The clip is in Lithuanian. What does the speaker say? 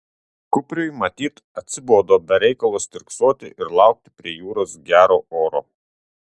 kupriui matyt atsibodo be reikalo stirksoti ir laukti prie jūros gero oro